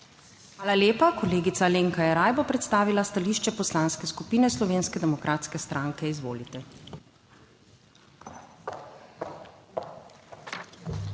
Hvala lepa. Kolegica Alenka Jeraj bo predstavila stališče Poslanske skupine Slovenske demokratske stranke. Izvolite. ALENKA